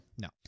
No